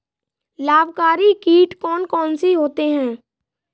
लाभकारी कीट कौन कौन से होते हैं?